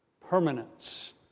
permanence